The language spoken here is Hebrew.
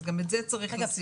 אז גם את זה צריך לשים.